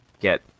get